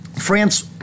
France